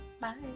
Bye